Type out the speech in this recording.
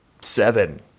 seven